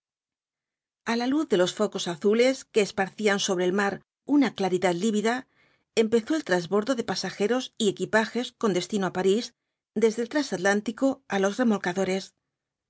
a la luz de los focos aeules que esparcían sobre el mar una claridad lívida empezó el trasbordo de pasajeros y equipajes con destino á parís desde el trasatlántico á los remolcadores